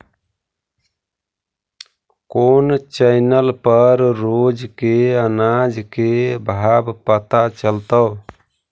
कोन चैनल पर रोज के अनाज के भाव पता चलतै?